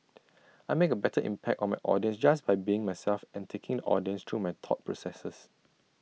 I make A better impact on my audience just by being myself and taking audience through my thought processes